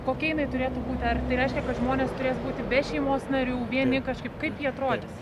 kokia jinai turėtų būti ar tai reiškia kad žmonės turės būti be šeimos narių vieni kažkaip kaip ji atrodys